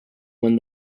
when